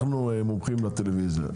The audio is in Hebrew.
אנחנו מומחים לטלוויזיה,